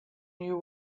you